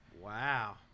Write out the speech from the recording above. Wow